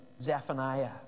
Zephaniah